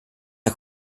der